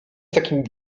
takim